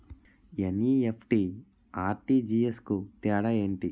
NEFT, RTGS కు తేడా ఏంటి?